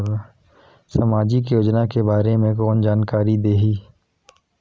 समाजिक योजना के बारे मे कोन जानकारी देही?